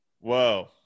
Whoa